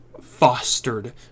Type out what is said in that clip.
fostered